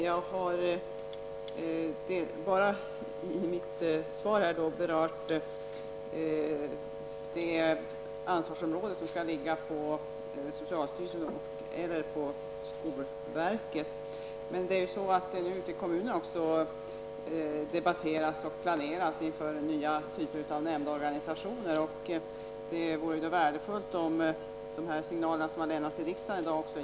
Herr talman! Jag har i mitt tidigare inlägg berör frågan om huruvida ansvaret skall ligga på socialstyrelsen eller på skolverket. Ute i kommunerna debatteras det, och man planerar för nya typer av nämndorganisationer. Det vore värdefullt om de signaler som i dag kommer från riksdagen kunde gå vidare.